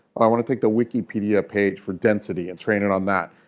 i want to take the wikipedia page for density and train it on that,